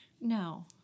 No